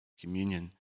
communion